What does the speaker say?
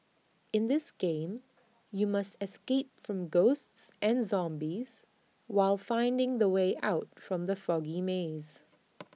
in this game you must escape from ghosts and zombies while finding the way out from the foggy maze